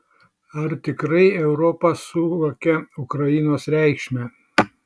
ar tikrai europa suvokia ukrainos reikšmę